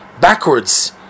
backwards